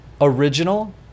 original